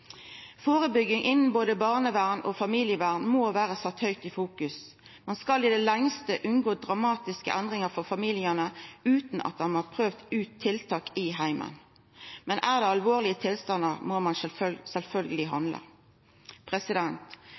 Førebygging innan både barnevern og familievern må vera sett høgt i fokus. Ein skal i det lengste unngå dramatiske endringar for familiane utan at ein har prøvd ut tiltak i heimen. Men er det alvorlegare tilstandar, må ein